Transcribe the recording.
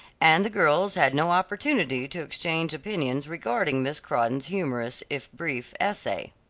and the girls had no opportunity to exchange opinions regarding miss crawdon's humorous, if brief, essay.